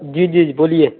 جی جی جی بولیے